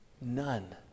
None